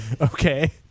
Okay